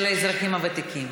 של האזרחים הוותיקים.